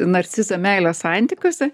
narcizą meilės santykiuose